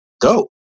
go